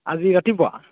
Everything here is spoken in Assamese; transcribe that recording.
আজি ৰাতিপুৱা